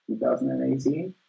2018